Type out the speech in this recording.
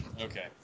Okay